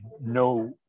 no